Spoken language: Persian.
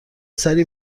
سری